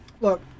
Look